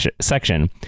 section